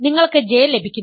നിങ്ങൾക്ക് J ലഭിക്കുന്നു